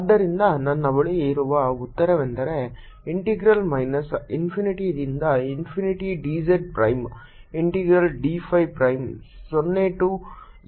ಆದ್ದರಿಂದ ನನ್ನ ಬಳಿ ಇರುವ ಉತ್ತರವೆಂದರೆ ಇಂಟೆಗ್ರಲ್ ಮೈನಸ್ ಇನ್ಫಿನಿಟಿ ದಿಂದ infinity dz prime integral d phi prime 0 to 2 pi